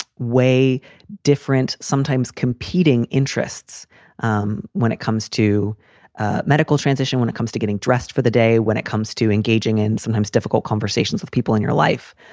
weigh different sometimes competing interests um when it comes to medical transition, when it comes to getting dressed for the day, when it comes to engaging in sometimes difficult conversations with people in your life.